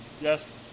yes